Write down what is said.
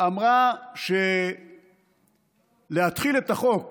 אמרה שלהתחיל את החוק